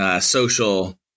Social